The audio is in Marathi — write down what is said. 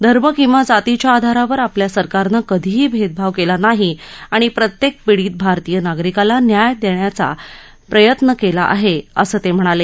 धर्म किंवा जातीच्या आधारावर आपल्या सरकारनं कधीही भेदभाव केला नाही आणि प्रत्येक पीडित भारतीय नागरिकाला न्याय देण्याचा मिळवून द्यायचा प्रयत्न केला आहे असं ते म्हणाले